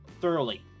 thoroughly